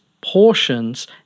portions